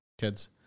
kids